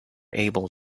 able